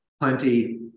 plenty